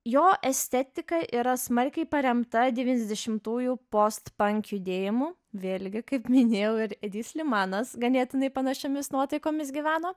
jo estetika yra smarkiai paremta devyniasdešimtųjų post pank judėjimu vėlgi kaip minėjau ir edi slimanas ganėtinai panašiomis nuotaikomis gyveno